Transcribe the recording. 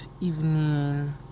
evening